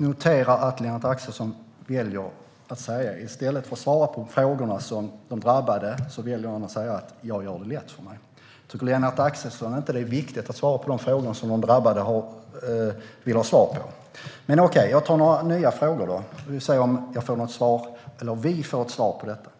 noterar att Lennart Axelsson, i stället för att svara på frågorna som de drabbade har, väljer att säga att jag gör det lätt för mig. Tycker Lennart Axelsson inte att det är viktigt att svara på de frågor som de drabbade vill ha svar på? Men okej, jag tar några nya frågor. Vi får se om jag - eller vi - får svar på dem.